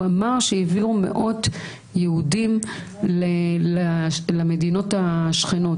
הוא אמר שהעבירו מאות יהודים למדינות השכנות.